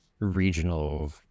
regional